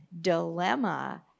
dilemma